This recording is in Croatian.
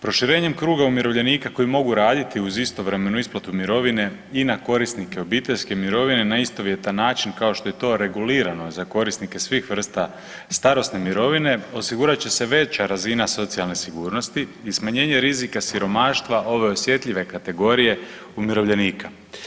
Proširenjem kruga umirovljenika koji mogu raditi uz istovremenu isplatu mirovine i na korisnike obiteljske mirovine na istovjetan način kao što je to regulirano za korisnike svih vrsta starosne mirovine osigurat će se veća razina socijalne sigurnosti i smanjenje rizika siromaštva ove osjetljive kategorije umirovljenika.